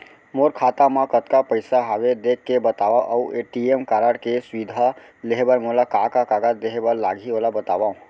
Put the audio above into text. मोर खाता मा कतका पइसा हवये देख के बतावव अऊ ए.टी.एम कारड के सुविधा लेहे बर मोला का का कागज देहे बर लागही ओला बतावव?